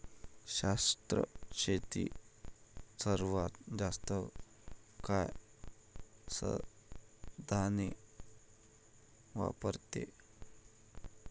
शाश्वत शेती सर्वात जास्त काळ संसाधने वापरते